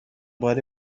باری